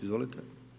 Izvolite.